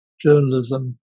journalism